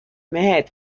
mehed